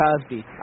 Cosby